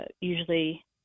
usually